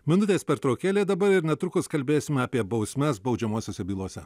minutės pertraukėlė dabar ir netrukus kalbėsime apie bausmes baudžiamosiose bylose